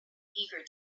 eager